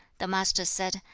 the master said,